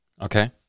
Okay